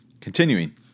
Continuing